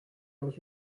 dans